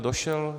Došel?